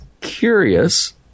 curious